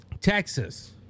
Texas